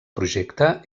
projecte